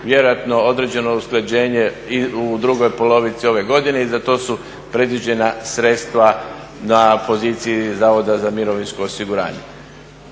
vjerojatno određeno usklađenje u drugoj polovici ove godine i za to su predviđena sredstva na poziciji Zavoda za mirovinsko osiguranje.